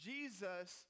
Jesus